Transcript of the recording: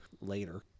later